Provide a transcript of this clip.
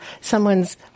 someone's